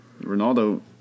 Ronaldo